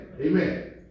Amen